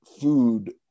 food